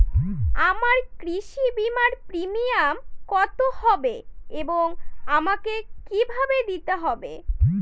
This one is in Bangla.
আমার কৃষি বিমার প্রিমিয়াম কত হবে এবং আমাকে কি ভাবে দিতে হবে?